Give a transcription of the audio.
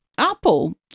Apple